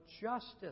justice